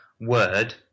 word